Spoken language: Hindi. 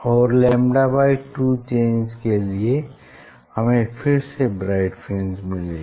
और λ2 चेंज के लिए हमें फिर से ब्राइट फ्रिंज मिलेगी